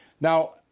Now